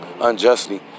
unjustly